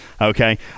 okay